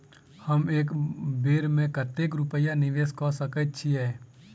हम एक बेर मे कतेक रूपया निवेश कऽ सकैत छीयै?